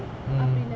mm